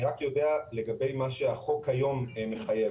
אני רק יודע לגבי מה שהחוק היום מחייב,